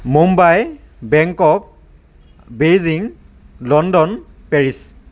Mumbai Bangkok Beijing London Paris